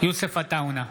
יוסף עטאונה,